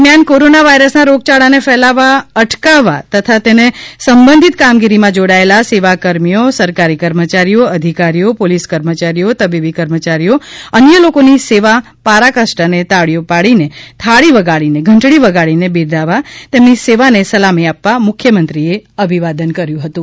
દરમિયાન કોરોના વાયરસના રોગયાળાનો ફેલાવો અટકાવવા તથા તેને સંબંધિત કામગીરીમાં જોડાયેલા સેવાકર્મીઓ સરકારી કર્મયારીઓ અધિકારીઓ પોલીસ કર્મયારીઓ તબીબી કર્મયારીઓ અન્ય લોકોની સેવા પરાકાસ્ટાને તાળીયો પાડીને થાળી વગાડીને ઘંટડી વગાડીને બિરદાવવા અને તેમની સેવાને સલામી આપવા મુખ્યમંત્રીએ અભિવાદન કર્યુ હતું